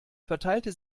verteilte